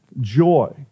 joy